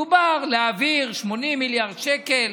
דובר על להעביר 80 מיליארד שקל.